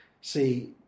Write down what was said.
see